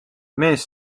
mees